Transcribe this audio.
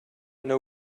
know